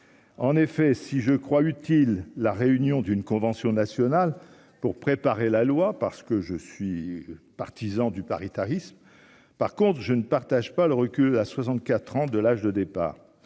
en effet, si je crois utile la réunion d'une convention nationale pour préparer la loi parce que je suis partisan du paritarisme par contre je ne partage pas le recul à 64 ans de l'âge de départ